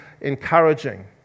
encouraging